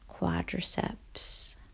quadriceps